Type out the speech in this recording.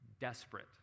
desperate